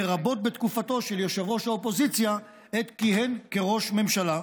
לרבות בתקופתו של ראש האופוזיציה עת כיהן כראש ממשלה.